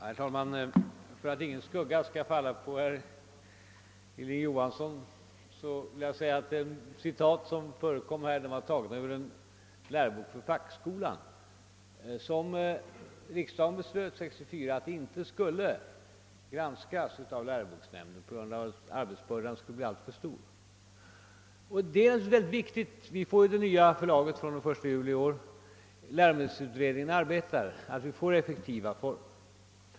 Herr talman! För att ingen skugga skall falla på herr Johansson i Trollhättan vill jag nämna att de citat som anförts är hämtade ur en lärobok för fackskolan, som enligt riksdagsbeslut 1964 inte skall granskas av läroboksnämnden på grund av att arbetsbördan då skulle bli alltför stor. Det nya förlaget träder i verksamhet den 1 juli i år, och läromedelsutredningen arbetar. Det är mycket viktigt att vi får till stånd effektiva former för arbetet.